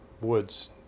woods